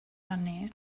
rannu